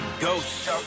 ghost